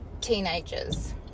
teenagers